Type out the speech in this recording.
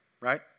right